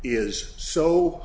is so